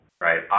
right